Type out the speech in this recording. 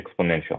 exponential